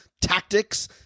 tactics